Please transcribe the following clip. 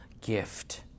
gift